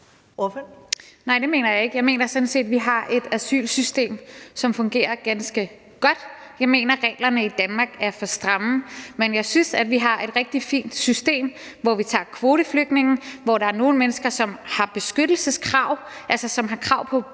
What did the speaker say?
Nej, det mener jeg ikke. Jeg mener sådan set, at vi har et asylsystem, som fungerer ganske godt. Jeg mener, at reglerne i Danmark er for stramme, men jeg synes, at vi har et rigtig fint system, hvor vi tager kvoteflygtninge, hvor der er nogle mennesker, som har beskyttelseskrav, altså som har krav på beskyttelse